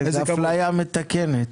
זאת אפליה מתקנת.